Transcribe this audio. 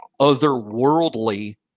otherworldly